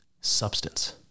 substance